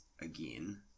again